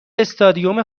استادیوم